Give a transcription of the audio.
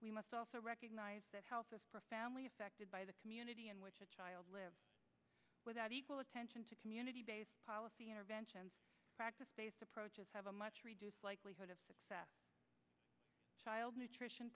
we must also recognize that health is profoundly affected by the community in which a child lives without equal attention to community based policy interventions practice based approaches have a much reduced likelihood of success child nutrition